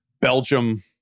Belgium